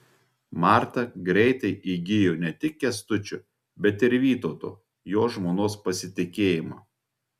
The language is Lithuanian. marta greitai įgijo ne tik kęstučio bet ir vytauto jo žmonos pasitikėjimą